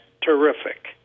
terrific